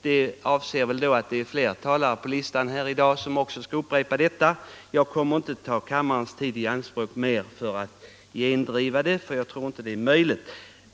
Jag förmodar att han syftar på att flera talare i dag kommer att upprepa detta. Jag kommer inte att ta kammarens tid i anspråk ytterligare för att gendriva sådana påståenden, eftersom jag inte tror att det tjänar något syfte.